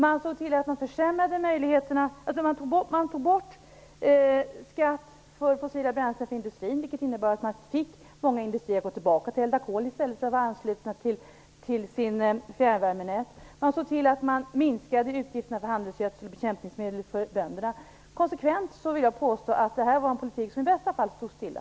Man såg till att försämra möjligheterna, och tog bort skatten på fossila bränslen för industrin. Detta innebar att man fick många industrier att gå tillbaka till att börja använda kol igen, i stället för att vara anslutna till fjärrvärmenätet. Man såg till att minska utgifterna för handelsgödsel och bekämpningsmedel för bönderna. Jag vill konsekvent påstå att det var en politik som i bästa fall stod stilla.